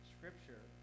Scripture